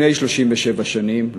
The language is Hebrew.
לפני 37 שנים,